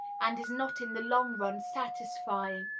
and is not in the long-run satisfying.